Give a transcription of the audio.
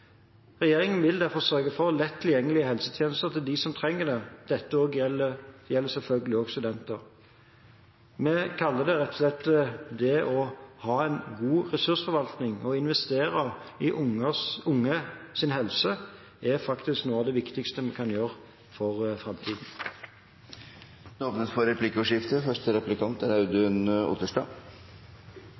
Regjeringen vil derfor sørge for lett tilgjengelige helsetjenester til dem som trenger det, og dette gjelder selvfølgelig også for studenter. Vi kaller det rett og slett å ha en god ressursforvaltning. Å investere i unge sin helse er faktisk noe av det viktigste vi kan gjøre for framtiden. Det åpnes for replikkordskifte.